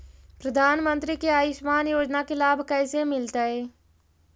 प्रधानमंत्री के आयुषमान योजना के लाभ कैसे मिलतै?